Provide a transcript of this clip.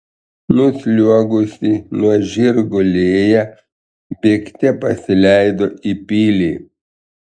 nusliuogusi nuo žirgo lėja bėgte pasileido į pilį